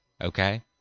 okay